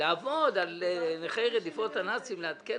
לעבוד על נושא נכי רדיפות הנאצים, לעדכן.